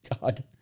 God